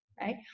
right